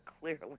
clearly